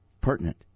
pertinent